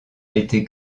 été